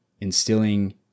instilling